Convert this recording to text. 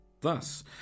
Thus